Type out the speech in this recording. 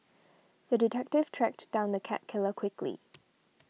the detective tracked down the cat killer quickly